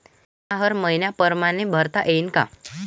बिमा हर मइन्या परमाने भरता येऊन का?